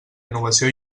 innovació